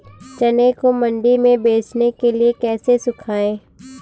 चने को मंडी में बेचने के लिए कैसे सुखाएँ?